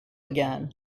again